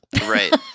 right